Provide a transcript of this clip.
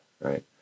right